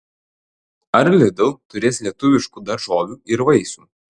ar lidl turės lietuviškų daržovių ir vaisių